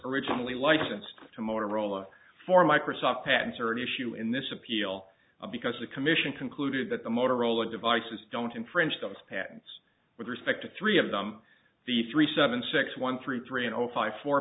originally licensed to motorola for microsoft patents are at issue in this appeal because the commission concluded that the motorola devices don't infringe the patents with respect to three of them the three seven six one three three zero five four